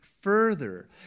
further